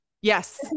yes